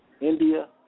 India